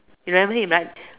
you remember him right